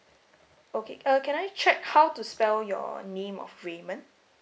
okay uh can I check how to spell your name of raymond